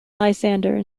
lysander